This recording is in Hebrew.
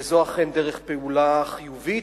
וזו אכן דרך פעולה חיובית,